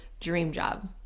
DreamJob